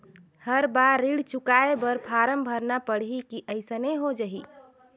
हर बार ऋण चुकाय बर फारम भरना पड़ही की अइसने हो जहीं?